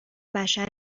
بشر